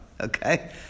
Okay